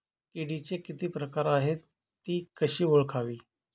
किडीचे किती प्रकार आहेत? ति कशी ओळखावी?